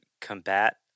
combat